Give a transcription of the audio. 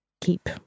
keep